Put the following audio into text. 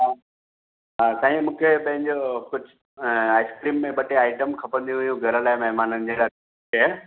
हा हा साईं मूंखे पंहिंजो कुझु आइस्क्रीम में ॿ टे आइटम खपंदी हुयूं घर लाइ महिमान जे लाइ शइ